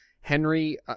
Henry